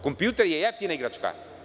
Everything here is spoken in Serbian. Kompjuter je jeftina igračka.